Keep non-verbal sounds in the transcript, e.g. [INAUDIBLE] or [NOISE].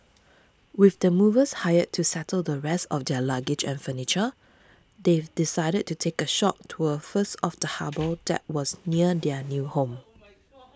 with the movers hired to settle the rest of their luggage and furniture they decided to take a short tour first of the [NOISE] harbour that was near their new home